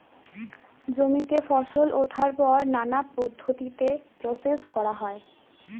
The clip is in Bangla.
জমিতে ফসল ওঠার পর নানা পদ্ধতিতে প্রসেস করা হয়